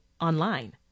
online